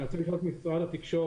אני רוצה לשאול את משרד התקשורת,